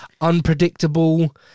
unpredictable